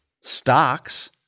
stocks